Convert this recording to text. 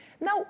Now